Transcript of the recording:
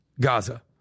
Gaza